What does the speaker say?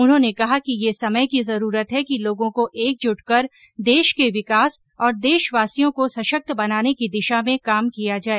उन्होंने कहा कि ये समय की जरूरत है कि लोगों को एकजुट कर देश के विकास और देशवासियों को सशक्त बनाने की दिशा में काम किया जाए